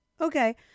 Okay